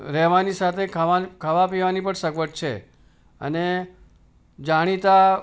રહેવાની સાથે ખાવા ખાવા પીવાની પણ સગવડ છે અને જાણીતા